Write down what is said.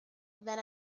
than